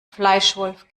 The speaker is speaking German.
fleischwolf